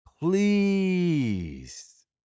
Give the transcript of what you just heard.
Please